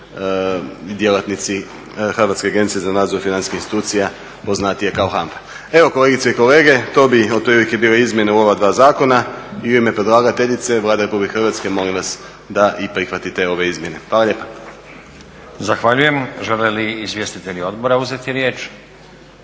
Hrvatske agencije za nadzor financijskih institucija poznatije kao HANFA. Evo kolegice i kolege to bi otprilike bile izmjene u ova dva zakona i u ime predlagateljice Vlade Republike Hrvatske molim vas da i prihvatite ove izmjene. Hvala lijepa. **Stazić, Nenad (SDP)** Zahvaljujem. Žele li izvjestitelji odbora uzeti riječ?